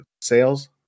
sales